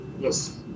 Yes